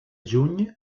juny